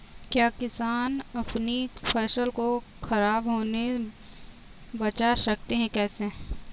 क्या किसान अपनी फसल को खराब होने बचा सकते हैं कैसे?